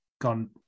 gone